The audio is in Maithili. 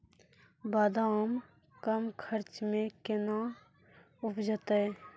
बादाम कम खर्च मे कैना उपजते?